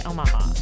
Omaha